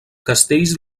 castells